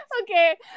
Okay